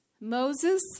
Moses